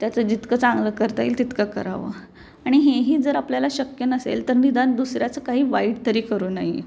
त्याचं जितकं चांगलं करता येईल तितकं करावं आणि हेही जर आपल्याला शक्य नसेल तर निदान दुसऱ्याचं काही वाईट तरी करू नाही